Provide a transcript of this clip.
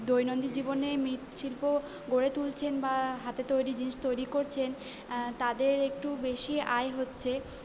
দৈনন্দিন জীবনে মৃৎ শিল্প গড়ে তুলছেন বা হাতে তৈরি জিনিস তৈরি করছেন তাদের একটু বেশি আয় হচ্ছে